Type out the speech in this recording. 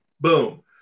Boom